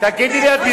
גם בתי-כנסת.